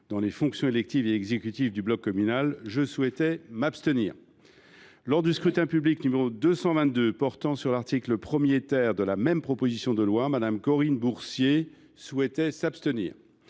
dans les fonctions électives et exécutives du bloc communal, je souhaitais m’abstenir. Par ailleurs, lors du scrutin public n° 222 sur l’article 1de la même proposition de loi, Mme Corinne Bourcier souhaitait s’abstenir.